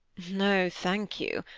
no, thank you.